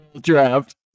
draft